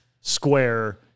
square